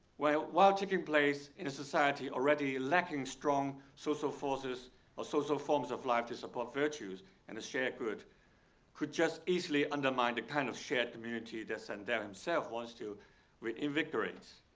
while while taking place in a society already lacking strong social forces or social forms of life to support virtues and a shared good could just easily undermined the kind of shared community that sandel himself wants to reinvigorate.